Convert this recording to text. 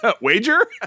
wager